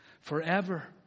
forever